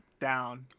Down